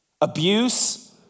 Abuse